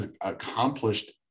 accomplished